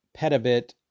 petabit